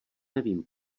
nevím